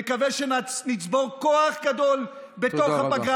ומקווה שנצבור כוח גדול בתוך הפגרה